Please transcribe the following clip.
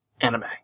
anime